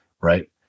Right